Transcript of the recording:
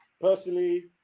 personally